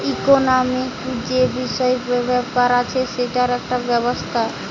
economic যে বিষয় ব্যাপার আছে সেটার একটা ব্যবস্থা